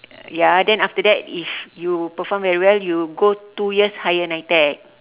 ya then after that if you perform very well you go two years higher NITEC